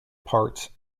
parts